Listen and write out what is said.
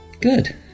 Good